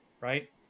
right